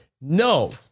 No